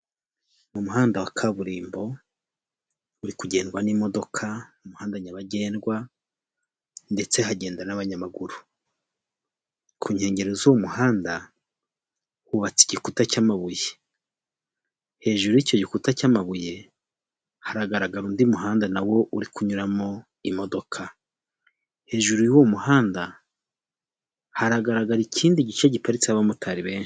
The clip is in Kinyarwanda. Mu muhanda wa kaburimbo uri kugendwa n'imodoka, umuhanda nyabagendwa ndetse hagenda n'abanyamaguru, ku nkengero z'uwo muhanda hubatse igikuta cy'amabuye, hejuru y'icyo gikuta cy'amabuye, haragaragara undi muhanda nawo uri kunyuramo imodoka, hejuru y'uwo muhanda haragaragara ikindi gice giparitseho abamotari benshi.